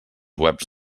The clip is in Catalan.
webs